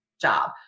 job